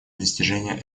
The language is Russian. достижения